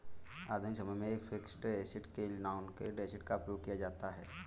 आधुनिक समय में फिक्स्ड ऐसेट के लिए नॉनकरेंट एसिड का प्रयोग किया जाता है